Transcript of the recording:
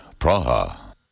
Praha